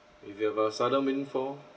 if you have a sudden windfall